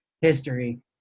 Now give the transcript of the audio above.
history